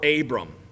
Abram